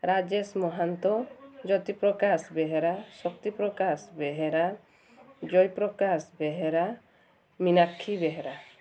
Rajesh Mahanta Jyotiprakash Behera Shaktiprakash Behera Jayprakash Behera Minakshi Behera